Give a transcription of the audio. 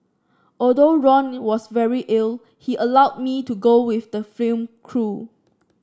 although Ron was very ill he allowed me to go with the film crew